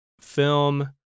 film